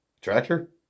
Tractor